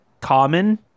common